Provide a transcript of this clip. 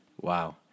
wow